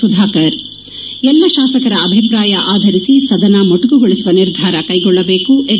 ಸುಧಾಕರ್ ಎಲ್ಲ ಶಾಸಕರ ಅಭಿಪ್ರಾಯ ಆಧರಿಸಿ ಸದನ ಮೊಟಕುಗೊಳಿಸುವ ನಿರ್ಧಾರ ಕೈಗೊಳ್ಳಬೇಕು ಎಚ್